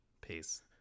peace